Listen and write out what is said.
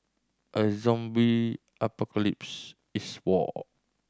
a zombie apocalypse is war